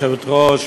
גברתי היושבת-ראש,